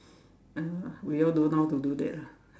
uh we all don't know how to do that lah